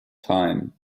tyne